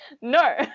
no